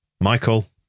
Michael